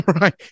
Right